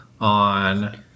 on